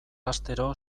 astero